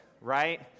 Right